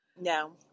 No